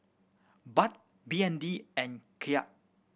Baht B N D and Kyat